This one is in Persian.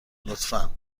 لطفا